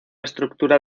estructura